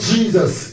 Jesus